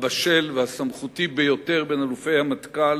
הבשל והסמכותי ביותר בין אלופי המטכ"ל,